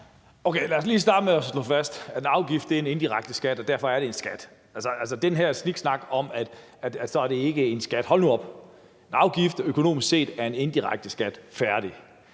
Okay, lad os lige starte med at slå fast, at en afgift er en indirekte skat, og derfor er det en skat. Altså, der er den her sniksnak om, at det ikke er en skat. Hold nu op. En afgift er økonomisk set en indirekte skat – færdig!